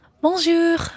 Bonjour